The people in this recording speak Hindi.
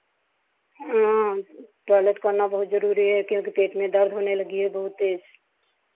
हाँ टॉयलेट करना बहुत जरूरी है क्योंकि पेट में दर्द होने लगी है बहुत तेज़